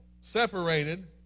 separated